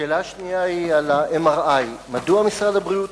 שאלה שנייה שלי היא על MRI. מדוע משרד הבריאות